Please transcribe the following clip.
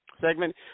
segment